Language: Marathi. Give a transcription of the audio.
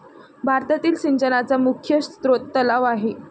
भारतातील सिंचनाचा मुख्य स्रोत तलाव आहे